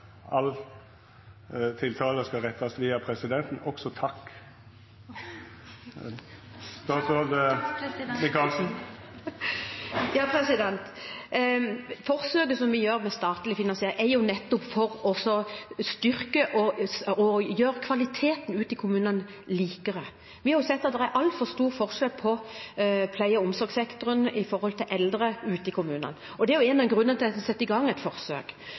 all tale skal rettes til presidenten – også takk. Forsøket med statlig finansiering er nettopp for å styrke kvaliteten ute i kommunene og gjør den mer lik. Vi har sett at det er altfor stor forskjell i pleie- og omsorgssektoren når det gjelder eldre ute i kommunene. Det er en av grunnene til at vi har satt i gang et forsøk.